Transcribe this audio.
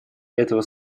этого